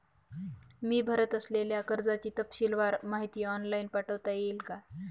मी भरत असलेल्या कर्जाची तपशीलवार माहिती ऑनलाइन पाठवता येईल का?